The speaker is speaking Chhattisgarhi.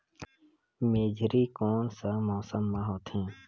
मेझरी कोन सा मौसम मां होथे?